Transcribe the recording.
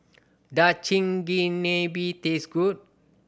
does Chigenabe taste good